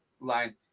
line